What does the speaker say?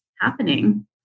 happening